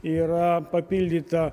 yra papildyta